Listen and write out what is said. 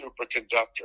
superconductor